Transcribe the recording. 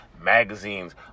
magazines